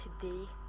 today